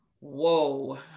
Whoa